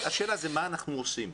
השאלה מה אנחנו מחליטים ועושים.